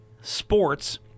sports